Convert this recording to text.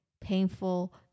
painful